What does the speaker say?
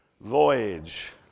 voyage